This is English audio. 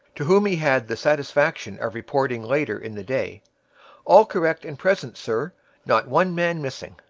to whom he had the satisfaction of reporting later in the day all correct and present, sir not one man missing